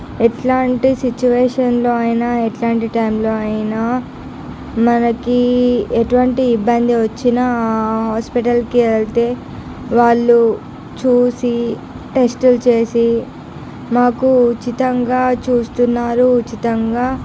ఎలాంటి సిచువేషన్లో అయిన ఎలాంటి టైంలో అయిన మనకు ఎటువంటి ఇబ్బంది వచ్చిన ఆ హాస్పిటల్కి వెళితే వాళ్ళు చూసి టెస్టులు చేసి మాకు ఉచితంగా చూస్తున్నారు ఉచితంగా